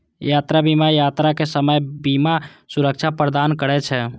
यात्रा बीमा यात्राक समय बीमा सुरक्षा प्रदान करै छै